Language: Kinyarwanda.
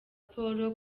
paul